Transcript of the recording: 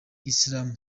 islam